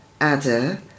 Adder